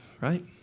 right